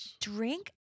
drink